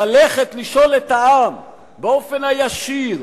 ללכת לשאול את העם באופן הישיר,